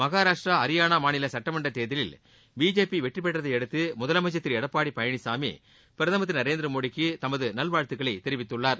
மகாராஷ்டிரா ஹரியானா மாநில சுட்டமன்றத் தேர்தலில் பிஜேபி வெற்றி பெற்றதை அடுத்து முதலமைச்சர் திரு எடப்பாடி பழனிசாமி பிரதமர் திரு நரேந்திர மோடிக்கு தமது நல்வாழ்த்துக்களை தெரிவித்துள்ளார்